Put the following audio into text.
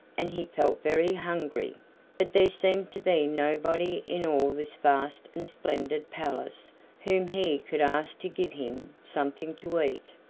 and he felt very hungry but there seemed to be nobody in all this vast and splendid palace whom he could ask to give him something to eat.